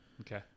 Okay